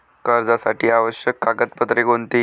कर्जासाठी आवश्यक कागदपत्रे कोणती?